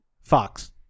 Fox